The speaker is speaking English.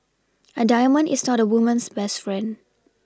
a diamond is not woman's best friend